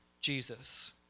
Jesus